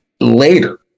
Later